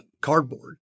Cardboard